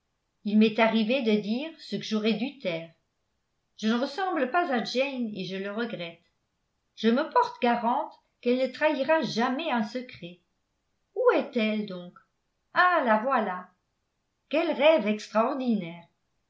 il m'est arrivé de dire ce que j'aurais dû taire je ne ressemble pas à jane et je le regrette je me porte garante qu'elle ne trahira jamais un secret où est-elle donc ah la voilà quel rêve extraordinaire